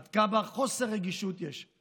עד כמה חוסר רגישות יש.